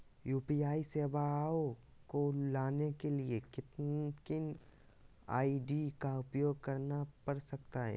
UPI सेवाएं को लाने के लिए किन किन आई.डी का उपयोग करना पड़ सकता है?